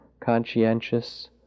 conscientious